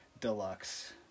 Deluxe